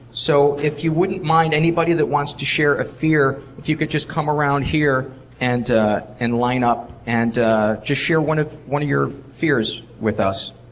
so if you wouldn't mind, anybody that wants to share a fear, if you could just come around here and and line up and just share one of your fears with us.